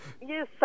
Yes